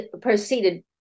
proceeded